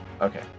Okay